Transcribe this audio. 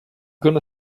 gonna